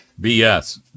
BS